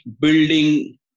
building